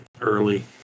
early